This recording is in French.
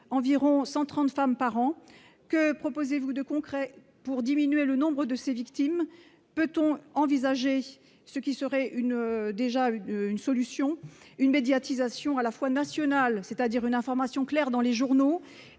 environ 130 femmes par an, que proposez vous de concret pour diminuer le nombre de ses victimes peut-on envisager ce qui serait une déjà une solution une médiatisation, à la fois national, c'est-à-dire une information claire dans les journaux